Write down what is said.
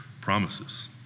promises